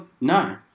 No